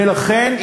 ולכן,